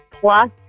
plus